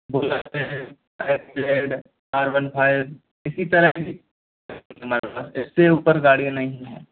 bullet है F Z R one five इसी तरह की हमारे पास इससे ऊपर गाड़ियाँ नहीं हैं